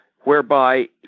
whereby